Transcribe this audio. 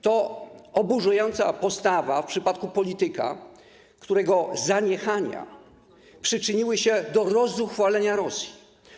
To oburzająca postawa w przypadku polityka, którego zaniechania przyczyniły się do rozzuchwalenia Rosji.